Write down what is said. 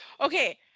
okay